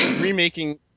remaking